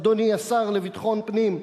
אדוני השר לביטחון פנים?